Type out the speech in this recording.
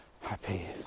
happy